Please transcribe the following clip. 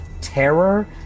terror